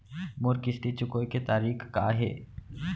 मोर किस्ती चुकोय के तारीक का हे?